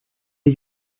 did